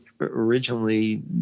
originally